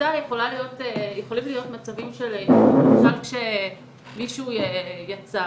בכניסה יכולים להיות מצבים שמישהו יצא